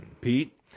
Pete